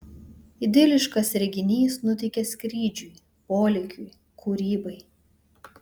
idiliškas reginys nuteikia skrydžiui polėkiui kūrybai